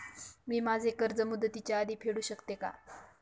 मी माझे कर्ज मुदतीच्या आधी फेडू शकते का?